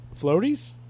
floaties